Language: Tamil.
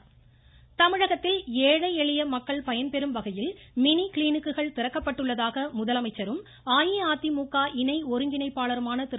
முதலமைச்சர் தமிழகத்தில் ஏழை எளிய மக்கள் பயன்பெறும்வகையில் மினி கிளினிக்குகள் திறக்கப்பட்டுள்ளதாக முதலமைச்சரும் அஇஅதிமுக இணை ஒருங்கிணைப்பாளருமான திரு